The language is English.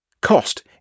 cost